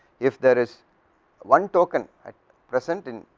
if there is one token present in,